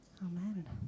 Amen